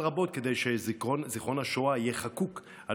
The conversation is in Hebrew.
שפעל רבות כדי שיהיה זיכרון השואה חקוק על